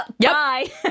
bye